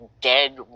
dead